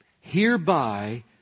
hereby